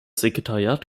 sekretariat